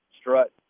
strut